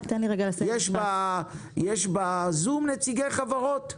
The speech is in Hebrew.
יש בזום נציגי חברות כאלה?